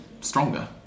stronger